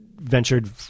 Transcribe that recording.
ventured